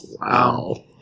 Wow